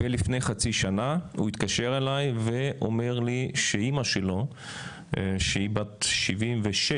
ולפני חצי שנה הוא התקשר אליי ואומר לי שאמא שלו שהיא בת 76,